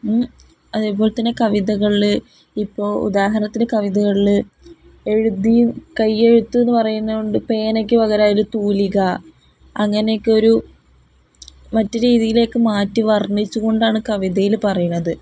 അതേപോലെ തന്നെ കവിതകളില് ഇപ്പോള് ഉദാഹരണത്തിനു കവിതകളില് എഴുതി കയ്യെഴുത്തെന്നു പറയുന്നതുകൊണ്ട് പേനയ്ക്കു പകരം അതില് തൂലിക അങ്ങനെയക്കെ ഒരു മറ്റു രീതിയിലേക്കു മാറ്റി വർണ്ണിച്ചുകൊണ്ടാണു കവിതയില് പറയുന്നത്